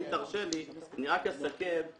אם תרשה לי, אני רק אסכם בנאום אחרון ששמעתי של